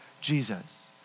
Jesus